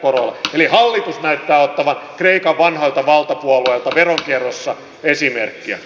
eli hallitus näyttää ottavan kreikan vanhoilta valtapuolueilta veronkierrossa esimerkkiä